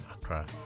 Accra